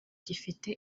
gifite